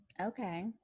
okay